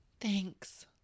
Thanks